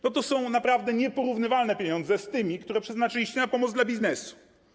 No to są naprawdę nieporównywalne pieniądze z tymi, które przeznaczyliście na pomoc dla biznesu.